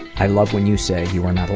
i love when you say you are